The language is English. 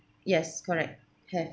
yes correct have